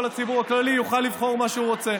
כל הציבור הכללי יוכל לבחור מה שהוא רוצה.